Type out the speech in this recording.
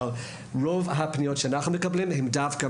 רוב הפניות שאנחנו מקבלים הם דווקא